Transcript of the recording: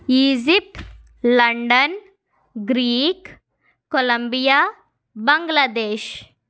Egypt London Greek Colombia Bangladesh